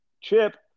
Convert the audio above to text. Chip